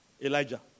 Elijah